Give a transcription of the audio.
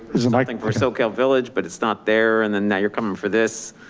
there's nothing for soquel village, but it's not there. and then now you're coming for this.